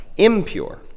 impure